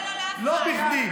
באר שבע, לא אליך ולא לאף אחד.